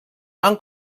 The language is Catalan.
van